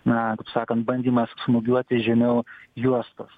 na taip sakant bandymas smūgiuoti žemiau juostos